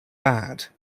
bad